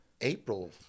April